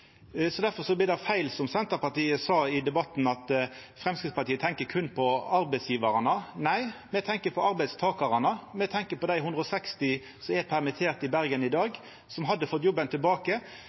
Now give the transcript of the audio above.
det feil, som Senterpartiet sa i debatten, at Framstegspartiet berre tenkjer på arbeidsgjevarane. Nei, me tenkjer på arbeidstakarane, me tenkjer på dei 160 som er permitterte i Bergen i dag, og som hadde fått jobben tilbake